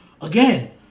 again